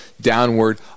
downward